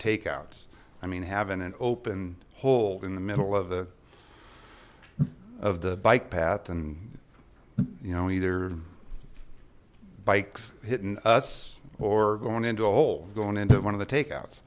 take outs i mean having an open hold in the middle of the of the bike path and you know either bikes hitting us or going into a hole going into one of the take out